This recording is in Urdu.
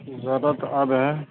زیادہ آ گیے ہیں